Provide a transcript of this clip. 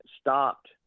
stopped